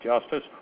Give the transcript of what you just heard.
justice